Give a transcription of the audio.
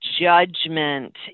judgment